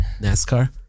NASCAR